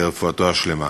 לרפואתו השלמה.